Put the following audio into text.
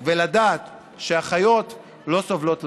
דעתנו ונדע שהחיות לא סובלות לשווא.